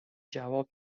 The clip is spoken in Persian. جواب